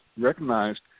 recognized